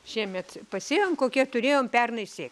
šiemet pasėjom kokią turėjom pernai sė